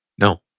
No